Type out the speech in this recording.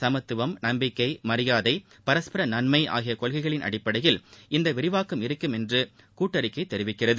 சமத்துவம் நம்பிக்கை மரியாதை பரஸ்பர நன்மை ஆகிய கொள்கைகளின் அடிப்படையில் இந்த விரிவாக்கம் இருக்கும் என்று கூட்டறிக்கை தெரிவிக்கிறது